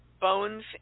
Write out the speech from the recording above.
bones